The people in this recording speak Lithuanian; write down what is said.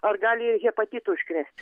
ar gali ir hepatitu užkrėst